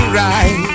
right